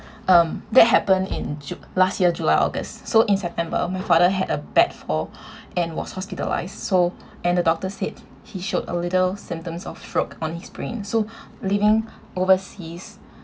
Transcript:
um that happen in ju~ last year july august so in september my father had a bad fall and was hospitalised so and the doctor said he showed a little symptoms of stroke on his brain so living overseas